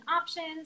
options